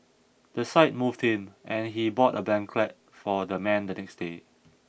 the sight moved him and he bought a blanket for the man the next day